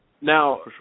Now